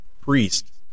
priest